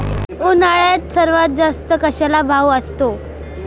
उन्हाळ्यात सर्वात जास्त कशाला भाव असतो?